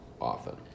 often